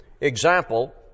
example